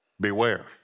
Beware